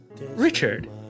Richard